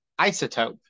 isotope